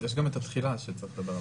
יש גם את התחילה שצריך לדבר עליה.